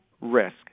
risk